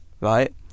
right